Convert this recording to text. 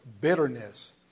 bitterness